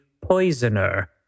poisoner